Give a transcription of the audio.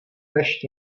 než